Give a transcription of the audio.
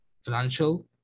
financial